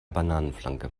bananenflanke